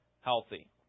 healthy